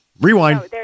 Rewind